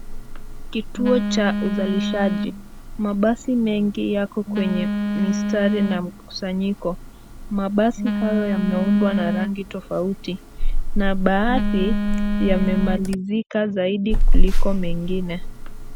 Kituo cha uzalishaji. Mabasi mengi yako kwenye mstari na mkusanyiko. Mabasi hayo yameundwa na rangi tofauti na baadhi yamemalizika zaidi kuliko mengine.